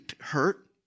hurt